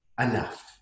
enough